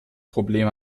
problem